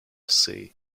sea